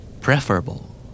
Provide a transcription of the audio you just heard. Preferable